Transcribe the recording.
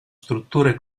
strutture